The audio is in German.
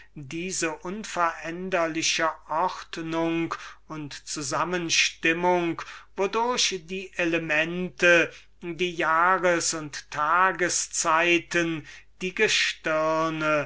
diese unveränderliche ordnung und zusammenstimmung wodurch die elemente die jahres und tages zeiten die gestirne